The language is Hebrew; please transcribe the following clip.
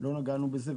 לא נגענו בזה,